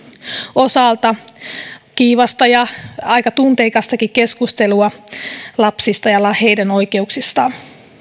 osalta kiivasta ja aika tunteikastakin keskustelua lapsista ja heidän oikeuksistaan